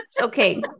Okay